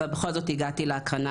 אבל בכל זאת הגעתי להקרנה.